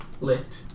lit